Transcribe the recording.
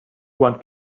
one